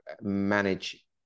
manage